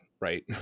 right